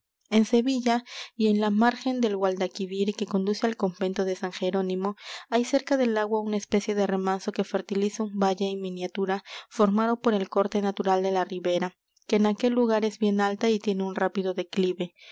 en sevilla y en la margen del guadalquivir que conduce al convento de san jerónimo hay cerca del agua una especie de remanso que fertiliza un valle en miniatura formado por el corte natural de la ribera que en aquel lugar es bien alta y tiene un rápido declive